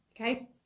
Okay